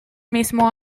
mismo